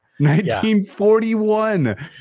1941